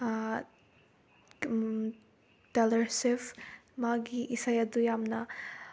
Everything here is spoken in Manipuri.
ꯇꯦꯜꯂꯔ ꯁ꯭ꯋꯤꯞ ꯃꯥꯒꯤ ꯏꯁꯩ ꯑꯗꯨ ꯌꯥꯝꯅ